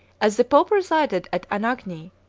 as the pope resided at anagni,